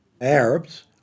Arabs